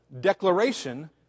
declaration